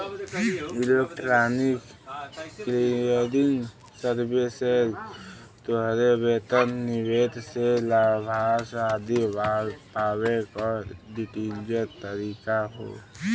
electronic clearing services तोहरे वेतन, निवेश से लाभांश आदि पावे क डिजिटल तरीका हौ